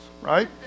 Right